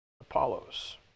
Apollos